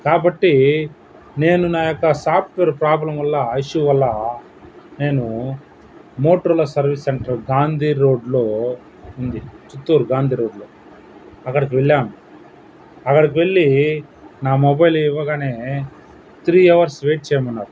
కాబట్టి నేను నా యొక్క సాఫ్ట్వేర్ ప్రాబ్లం వల్ల ఇష్యూ వల్ల నేను మోట్రోలో సర్వీస్ సెంటర్ గాంధీ రోడ్లో ఉంది చిత్తూరు గాంధీ రోడ్లో అక్కడికి వెళ్లాను అక్కడికి వెళ్లి నా మొబైల్ ఇవ్వగానే త్రీ అవర్స్ వెయిట్ చేయమన్నారు